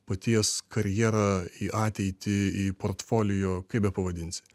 paties karjerą į ateitį į portfolio kaip bepavadinsi